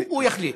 הוא יחליט.